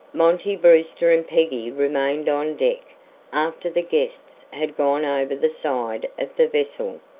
monty brewster and peggy remained on deck after the guests had gone over the side of the vessel.